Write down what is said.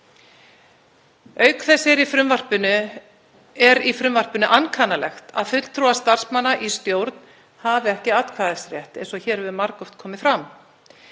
Auk þess er í frumvarpinu ankannalegt að fulltrúar starfsmanna í stjórn hafi ekki atkvæðisrétt eins og hér hefur margoft komið fram.